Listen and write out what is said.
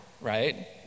right